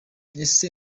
ese